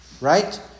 Right